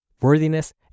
worthiness